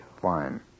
Fine